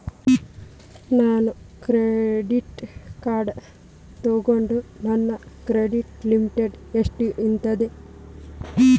ನಾನು credit card ತೊಗೊಂಡ್ರ ನನ್ನ ಕ್ರೆಡಿಟ್ ಲಿಮಿಟ್ ಎಷ್ಟ ಇರ್ತದ್ರಿ?